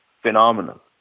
phenomenal